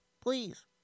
Please